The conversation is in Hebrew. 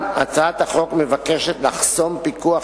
אולם הצעת החוק מבקשת לחסום פיקוח